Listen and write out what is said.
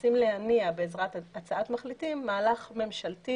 מנסים להניע בעזרת הצעת מחליטים מהלך ממשלתי